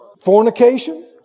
fornication